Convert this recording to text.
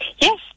Yes